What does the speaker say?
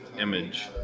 image